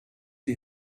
die